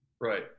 Right